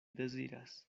deziras